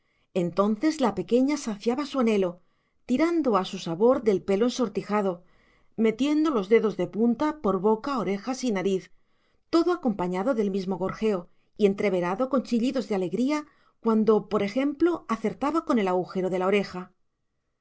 entonces la pequeña saciaba su anhelo tirando a su sabor del pelo ensortijado metiendo los dedos de punta por boca orejas y nariz todo acompañado del mismo gorjeo y entreverado con chillidos de alegría cuando por ejemplo acertaba con el agujero de la oreja